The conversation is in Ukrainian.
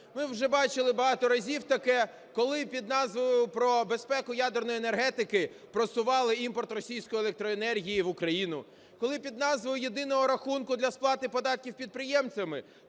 Ми вже бачили багато разів таке, коли під назвою "Про безпеку ядерної енергетики" просували імпорт російської електроенергії в Україну, коли під назвою єдиного рахунку для сплати податків підприємцями